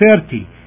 thirty